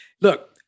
Look